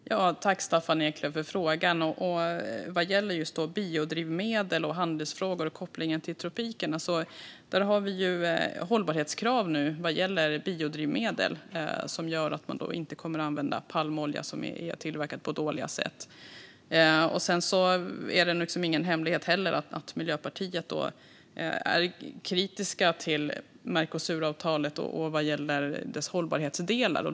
Fru talman! Jag tackar Staffan Eklöf frågan. Vad gäller just biodrivmedel, handelsfrågor och kopplingar till tropikerna har vi nu hållbarhetskrav i fråga om biodrivmedel som gör att man inte kommer att använda palmolja som är tillverkad på ett dåligt sätt. Det är ingen hemlighet att Miljöpartiet är kritiskt till Mercosuravtalet vad gäller dess hållbarhetsdelar.